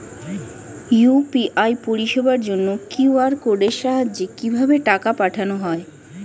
UPI পরিষেবার জন্য QR কোডের সাহায্যে কিভাবে টাকা পাঠানো হয়?